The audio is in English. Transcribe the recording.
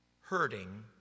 hurting